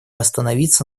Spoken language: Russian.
остановиться